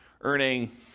earning